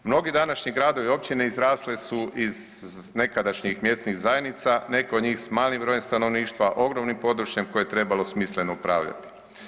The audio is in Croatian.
Mnogi današnji gradovi i općine izrasle su iz nekadašnjih mjesnih zajednica, neke od njih s malim brojem stanovništva, ogromnim područjem kojim je trebalo smisleno upravljati.